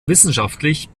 wissenschaftlich